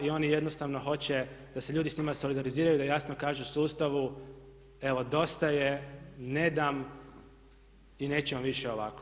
I oni jednostavno hoće da se ljudi s njima solidariziraju i da jasno kažu sustavu evo dosta je, ne dam i nećemo više ovako.